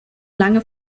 lange